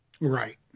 Right